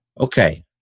Okay